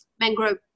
mangrove